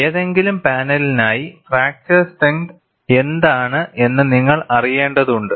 ഏതെങ്കിലും പാനലിനായി fracture strength എന്താണ് എന്ന് നിങ്ങൾ അറിയേണ്ടതുണ്ട്